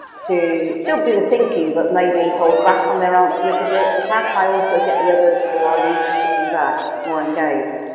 to still do the thinking but maybe hold back on their own for a little bit? but how can i also get the others, who are used to sitting back more engaged?